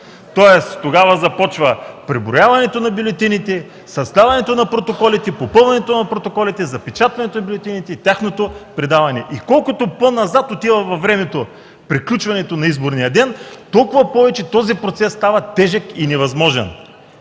тогава започва преброяването на бюлетините, съставянето на протоколите, попълването на протоколите, запечатването на бюлетините и тяхното предаване. Колкото по-назад отива във времето приключването на изборния ден, толкова повече този процес става тежък и невъзможен.